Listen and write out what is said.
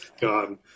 God